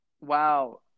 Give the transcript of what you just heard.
Wow